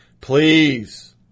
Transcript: please